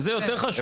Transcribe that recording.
זה יותר חשוב.